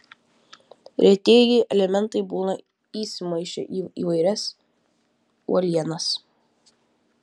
retieji elementai būna įsimaišę į įvairias uolienas